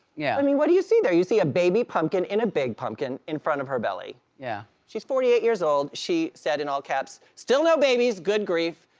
yeah i mean, what do you see there? you see a baby pumpkin in a big pumpkin, in front of her belly. yeah. she's forty eight years old, she said in all caps, still no babies, good grief.